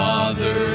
Father